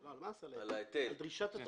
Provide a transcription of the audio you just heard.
על דרישת התשלום.